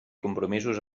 compromisos